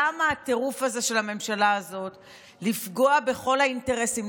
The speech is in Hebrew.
למה הטירוף הזה של הממשלה הזאת לפגוע בכל האינטרסים,